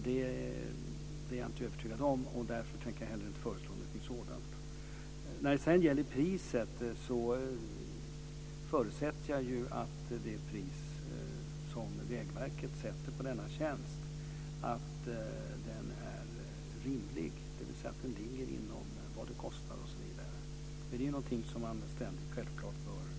Detta är jag inte övertygad om. Därför tänker jag heller inte föreslå någonting sådant. När det sedan gäller priset förutsätter jag att det pris som Vägverket sätter på denna tjänst är rimligt, dvs. att det överensstämmer med vad den kostar osv. Det är självklart något som man ständigt bör följa upp.